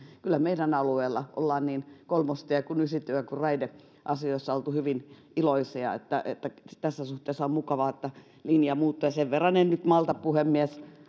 kyllä meidän alueella on niin kolmostie kuin ysitie kuin raideasioissa oltu hyvin iloisia niin että tässä suhteessa on mukavaa että linja muuttui sen verran en nyt malta puhemies